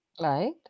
Right